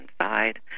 inside